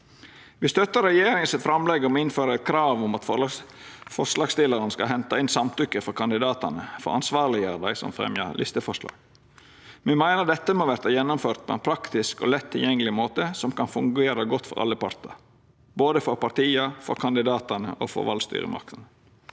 Me støttar regjeringa sitt framlegg om å innføra eit krav om at forslagsstillarane skal henta inn samtykke frå kandidatane for å ansvarleggjera dei som fremjar listeforslag. Me meiner dette må verta gjennomført på ein praktisk og lett tilgjengeleg måte som kan fungera godt for alle partar, både for partia, for kandidatane og for valstyresmaktene.